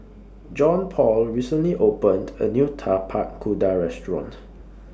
Johnpaul recently opened A New Tapak Kuda Restaurant